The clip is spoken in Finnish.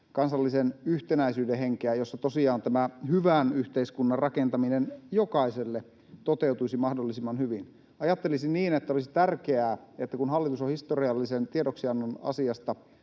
kansallisen yhtenäisyyden henkeä, jossa tosiaan tämä jokaiselle hyvän yhteiskunnan rakentaminen toteutuisi mahdollisimman hyvin. Ajattelisin niin, että olisi tärkeää, että kun hallitus on historiallisen tiedoksiannon asiasta